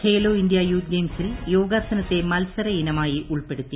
Khelo India youth ഗെയിംസിൽ യോഗാസനത്തെ മത്സര ഇനമായി ഉൾപ്പെടുത്തി